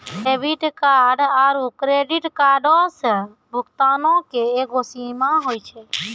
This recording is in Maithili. डेबिट कार्ड आरू क्रेडिट कार्डो से भुगतानो के एगो सीमा होय छै